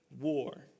war